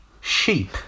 Sheep